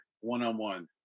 one-on-one